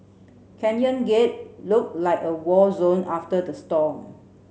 Canyon Gate looked like a war zone after the storm